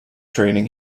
training